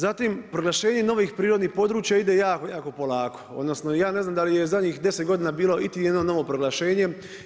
Zatim proglašenje novih prirodnih područja ide jako, jako polako odnosno ja ne znam da li je u zadnjih deset godina bilo iti jedno novo proglašenje.